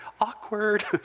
awkward